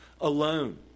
Alone